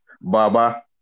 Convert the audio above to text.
Baba